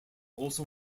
also